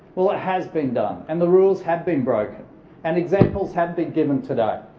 well it has been done and the rules have been broken and examples have been given today.